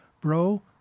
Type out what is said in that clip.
bro